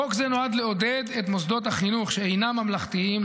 חוק זה נועד לעודד את מוסדות החינוך שאינם ממלכתיים,